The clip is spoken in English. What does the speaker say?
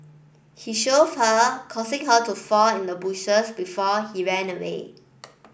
he shoved her causing her to fall in the bushes before he ran away